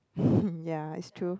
ya it's true